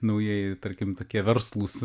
naujieji tarkim tokie verslūs